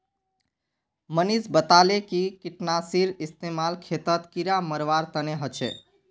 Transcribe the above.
मनीष बताले कि कीटनाशीर इस्तेमाल खेतत कीड़ा मारवार तने ह छे